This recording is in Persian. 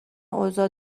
اوضاع